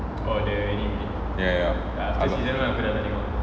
ya ya